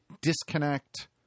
disconnect